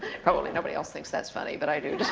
probably nobody else thinks that's funny, but i do.